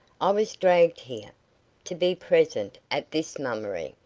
i was dragged here to be present at this mummery,